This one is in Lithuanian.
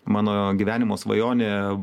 mano gyvenimo svajonė